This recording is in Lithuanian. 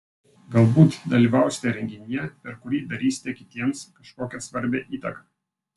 galbūt dalyvausite renginyje per kurį darysite kitiems kažkokią svarbią įtaką